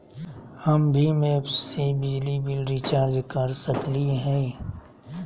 हम भीम ऐप से बिजली बिल रिचार्ज कर सकली हई?